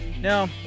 no